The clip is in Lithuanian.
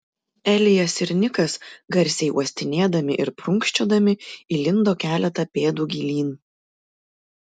elijas ir nikas garsiai uostinėdami ir prunkščiodami įlindo keletą pėdų gilyn